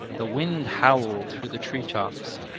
the wind howled through the tree-tops.